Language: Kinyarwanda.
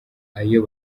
ayo